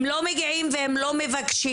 הם לא מגיעים והם לא מבקשים,